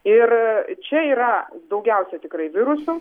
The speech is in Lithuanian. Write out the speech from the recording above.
ir čia yra daugiausia tikrai virusų